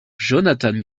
jonathan